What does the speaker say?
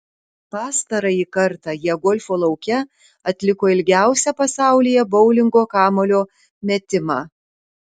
pastarąjį kartą jie golfo lauke atliko ilgiausią pasaulyje boulingo kamuolio metimą